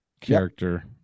character